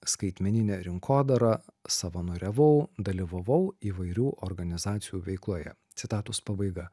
skaitmeninė rinkodara savanoriavau dalyvavau įvairių organizacijų veikloje citatos pabaiga